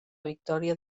victòria